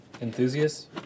Enthusiasts